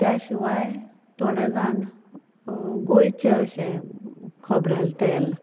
त्या शिवाय थोडे जाण गोंयचे अशें खोबरेल तेल